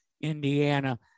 Indiana